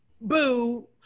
boo